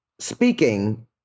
speaking